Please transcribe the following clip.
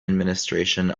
administration